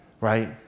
right